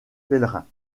pèlerins